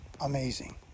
amazing